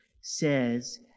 says